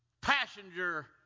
passenger